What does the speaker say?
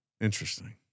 Interesting